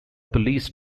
police